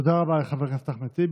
תודה רבה לחבר הכנסת אחמד טיבי.